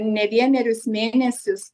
ne vienerius mėnesius